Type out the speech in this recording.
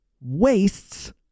wastes